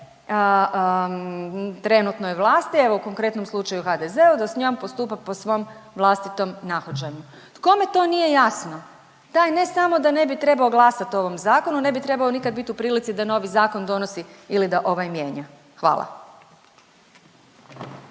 trenutnoj vlasti, evo u konkretnom slučaju HDZ-u da s njom postupa po svom vlastitom nahođenju. Kome to nije jasno taj ne samo da ne bi trebao glasati o ovom zakonu, ne bi trebao nikad bit u prilici da novi zakon donosi ili da ovaj mijenja. Hvala.